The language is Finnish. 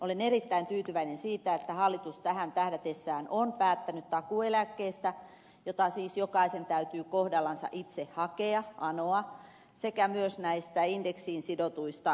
olen erittäin tyytyväinen siitä että hallitus tähän tähdätessään on päättänyt takuueläkkeestä jota siis jokaisen täytyy kohdallansa itse hakea anoa sekä myös näistä indeksiin sidotuista etuuksista